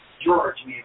George